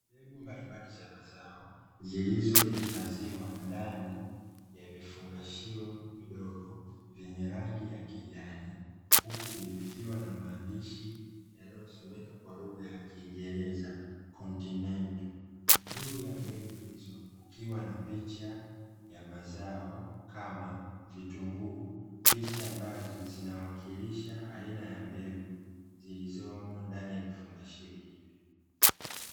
Mbegu mbalimbali za mazao zilizohifadhiwa ndani ya vifungashio vidogo vyenye rangi ya kijani, huku vikiwa na maandishi yanayosomeka kwa lugha ya kingereza continento juu ya mbegu hizo kukiwa na picha ya mazao kama vitunguu picha ambazo zinawakilisha aina ya mbegu zilizomo ndani ya vifungashio hivo.